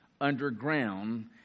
underground